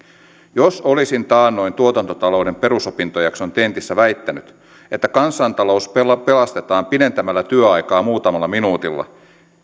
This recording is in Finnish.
jos olisin taannoin tuotantotalouden perusopintojakson tentissä väittänyt että kansantalous pelastetaan pidentämällä työaikaa muutamalla minuutilla